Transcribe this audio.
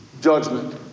Judgment